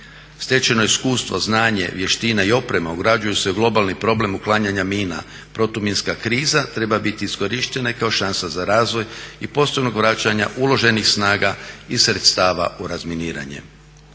Stečeno iskustvo, znanje, vještina i oprema ugrađuju se u globalni problem uklanjanja mina. Protuminska kriza treba biti iskorištena kao šansa za razvoj i postupnog vraćanja uloženih snaga i sredstava u razminiranje.